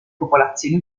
popolazioni